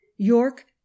York